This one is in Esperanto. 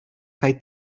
kaj